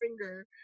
finger